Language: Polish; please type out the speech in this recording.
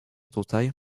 tutaj